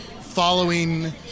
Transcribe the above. following